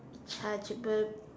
rechargeable